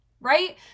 Right